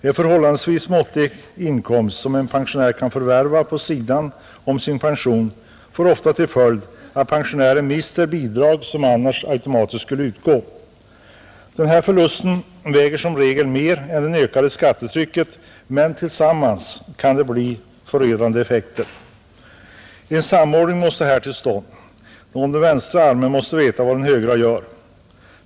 En förhållandevis måttlig inkomst som en pensionär kan ha vid-sidan om sin pension får ofta till följd att han mister bidrag som annars automatiskt utgår. Denna förlust väger som regel tyngre än det ökade skattetrycket, men tillsammans kan effekterna bli förödande. En samordning måste här komma till stånd. Den vänstra handen måste veta vad den högra gör.